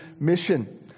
mission